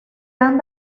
han